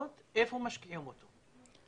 מהקנסות איפה משקיעים אותו?